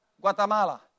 Guatemala